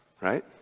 right